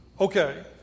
Okay